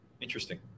interesting